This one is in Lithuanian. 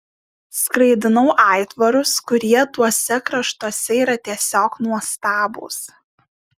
skraidinau aitvarus kurie tuose kraštuose yra tiesiog nuostabūs